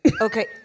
Okay